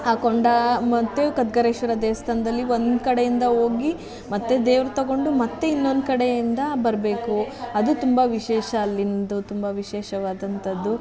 ಆ ಕೊಂಡ ಮತ್ತು ಖದ್ಗರೇಶ್ವರ ದೇವಸ್ಥಾನ್ದಲ್ಲಿ ಒಂದು ಕಡೆಯಿಂದ ಹೋಗಿ ಮತ್ತು ದೇವ್ರ ತಗೊಂಡು ಮತ್ತು ಇನ್ನೊಂದು ಕಡೆಯಿಂದ ಬರಬೇಕು ಅದು ತುಂಬ ವಿಶೇಷ ಅಲ್ಲಿಂದು ತುಂಬ ವಿಶೇಷವಾದಂಥದ್ದು